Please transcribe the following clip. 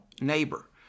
neighbor